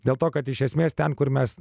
dėl to kad iš esmės ten kur mes